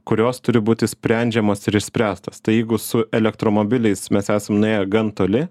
kurios turi būti sprendžiamos ir išspręstos tai jeigu su elektromobiliais mes esam nuėję gan toli